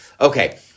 Okay